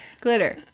glitter